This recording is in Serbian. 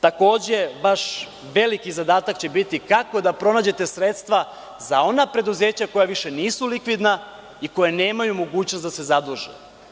Takođe, vaš veliki zadatak će biti kako da pronađete sredstva za ona preduzeća koja više nisu likvidna i koja nemaju mogućnost da se zaduže.